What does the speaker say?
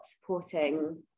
supporting